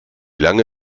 lange